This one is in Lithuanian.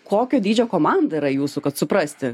kokio dydžio komanda yra jūsų kad suprasti